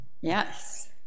Yes